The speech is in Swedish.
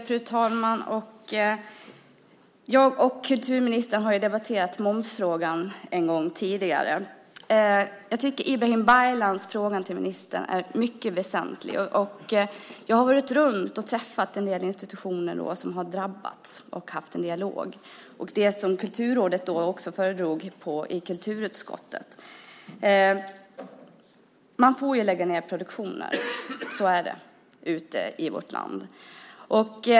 Fru talman! Jag och kulturministern har ju debatterat momsfrågan en gång tidigare. Jag tycker att Ibrahim Baylans fråga till ministern är mycket väsentlig. Jag har varit runt och träffat en del institutioner som har drabbats och haft en dialog. Det gäller också det som Kulturrådet föredrog i kulturutskottet. Man får lägga ned produktioner - så är det - ute i vårt land.